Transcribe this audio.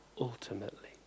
ultimately